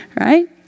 right